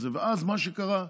ואז מה שקרה,